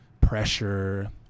pressure